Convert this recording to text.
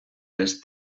les